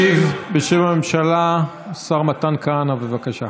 ישיב בשם הממשלה השר מתן כהנא, בבקשה.